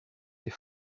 est